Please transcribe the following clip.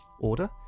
order